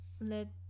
let